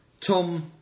Tom